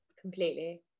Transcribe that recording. completely